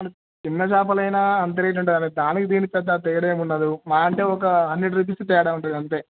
చిన్న చేపలైనా అంతే రేట్ ఉంటాయి దానికి దీనికి పెద్ద తేడా ఉండదు మాహా అంటే ఒక హండ్రెడ్ రూపీస్ తేడా ఉంటుంది అంతే